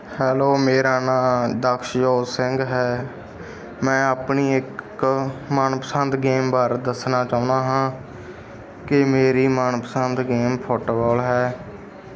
hello ਮੇਰਾ ਨਾਂ ਦਕਸ਼ਜੋਤ ਸਿੰਘ ਹੈ ਮੈਂ ਆਪਣੀ ਇੱਕ ਮਨਪਸੰਦ ਗੇਮ ਬਾਰੇ ਦੱਸਣਾ ਚਾਹੁੰਦਾ ਹਾਂ ਕਿ ਮੇਰੀ ਮਨਪਸੰਦ ਗੇਮ ਫੁੱਟਬੋਲ ਹੈ